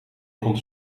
kon